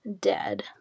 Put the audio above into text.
dead